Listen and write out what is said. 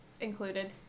included